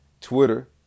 Twitter